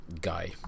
Guy